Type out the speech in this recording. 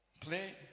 Play